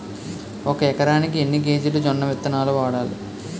ఒక ఎకరానికి ఎన్ని కేజీలు జొన్నవిత్తనాలు వాడాలి?